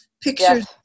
pictures